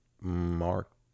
Mark